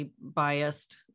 biased